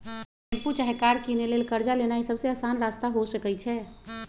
tempo चाहे car किनै लेल कर्जा लेनाइ सबसे अशान रस्ता हो सकइ छै